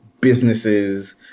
businesses